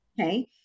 Okay